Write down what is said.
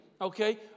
okay